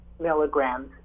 milligrams